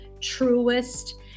truest